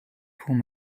pull